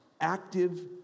active